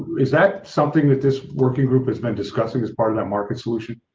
is that something that this working group has been discussing as part of that market solution?